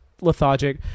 lethargic